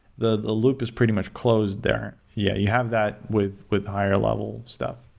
the loop is pretty much closed there. yeah you have that with with higher level stuff